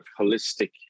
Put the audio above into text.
holistic